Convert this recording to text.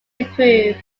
improved